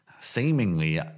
seemingly